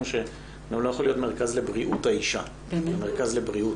שגם לא יכול להיות מרכז לבריאות האישה אלא מרכז בריאות,